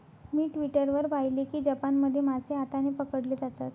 मी Twitter वर पाहिले की जपानमध्ये मासे हाताने पकडले जातात